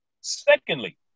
Secondly